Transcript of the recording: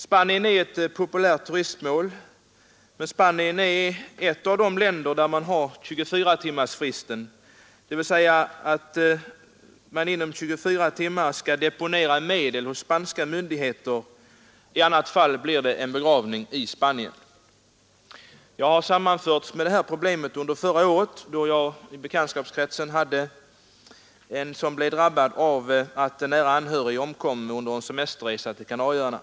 Spanien är ett populärt turistmål, men Spanien är ett av de länder som tillämpar 24-timmarsfristen. Den innebär att man inom 24 timmar skall deponera medel hos spanska myndigheter — i annat fall blir det begravning i Spanien. Jag kom i kontakt med det här problemet under förra året, då jag i bekantskapskretsen hade enperson som blev drabbad av att en nära anhörig omkom under en semesterresa till Kanarieöarna.